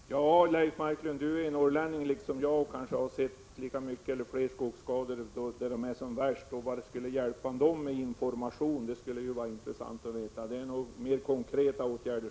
Fru talman! Leif Marklund är liksom jag norrlänning och har kanske sett lika många eller fler skogsskador än jag där de är som värst. Det skulle vara 45 intressant att få veta till vilken hjälp information då kan vara. Det behövs nog mer konkreta åtgärder.